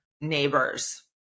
neighbors